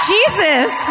Jesus